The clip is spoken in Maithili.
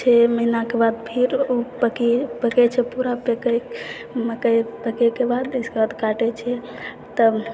छओ महीनाके बाद फिर ओ पकै छै पूरा पकै मकै पकैके बाद इसके बाद काटैत छै तब